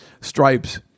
stripes